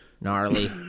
Gnarly